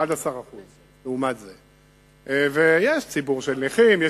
הם 11%; יש ציבור של נכים,